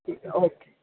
ठीक ऐ ओके